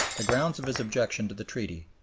the grounds of his objection to the treaty,